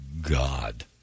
god